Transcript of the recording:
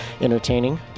entertaining